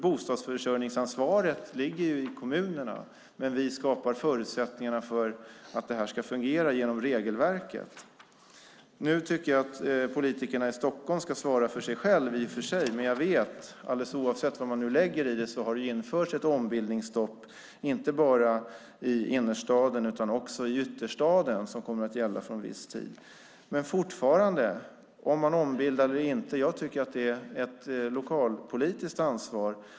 Bostadsförsörjningsansvaret ligger ju hos kommunerna, men vi skapar genom regelverket förutsättningar för att det ska fungera. Jag tycker att politikerna i Stockholm ska svara för sig själva, men jag vet att det har införts ett ombildningsstopp för en viss tid inte bara i innerstaden utan också i ytterstaden. Om man ombildar eller inte är ett lokalpolitiskt ansvar.